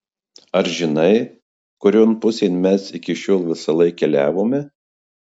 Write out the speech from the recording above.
ar žinai kurion pusėn mes iki šiol visąlaik keliavome